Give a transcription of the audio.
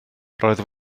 roedd